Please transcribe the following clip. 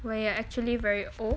when you are actually very old